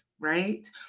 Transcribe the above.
Right